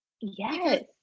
Yes